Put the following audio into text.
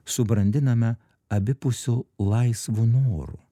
subrandiname abipusiu laisvu noru